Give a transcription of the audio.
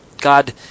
God